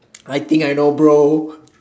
I think I know bro